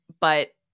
but-